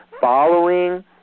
following